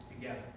together